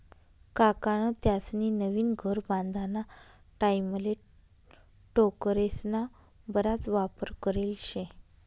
काकान त्यास्नी नवीन घर बांधाना टाईमले टोकरेस्ना बराच वापर करेल शे